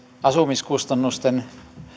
asumiskustannusten